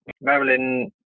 Marilyn